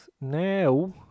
Now